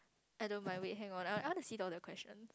I don't mind wait hang on I want to see all the question